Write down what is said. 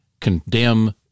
condemn